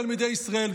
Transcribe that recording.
תלמידי ישראל.